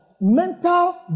mental